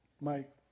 Mike